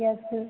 yes